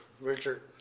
Richard